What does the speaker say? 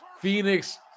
Phoenix